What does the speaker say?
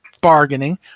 bargaining